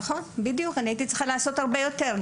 אני הייתי צריכה לעשות הרבה יותר.